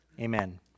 amen